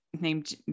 named